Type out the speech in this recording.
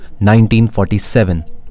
1947